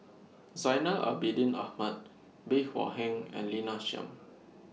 Zainal Abidin Ahmad Bey Hua Heng and Lina Chiam